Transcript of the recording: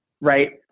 right